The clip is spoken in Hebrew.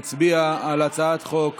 נצביע על הצעת חוק